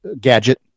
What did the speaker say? gadget